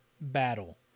battle